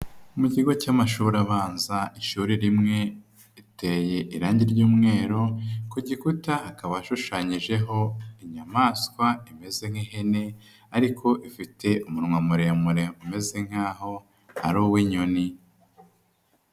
Mu kigo cy'amashuri abanza, ishuri rimwe riteye irangi ry'umweru ku gikuta hakaba gishushanyijeho inyamaswa imeze nk'ihene ariko ifite umunwa muremure umeze nkaho ari uw'inyoni.